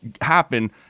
happen